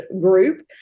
group